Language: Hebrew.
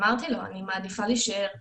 אמרתי לו שאני מעדיפה להשאר בבסיס,